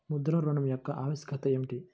ముద్ర ఋణం యొక్క ఆవశ్యకత ఏమిటీ?